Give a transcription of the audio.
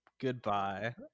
Goodbye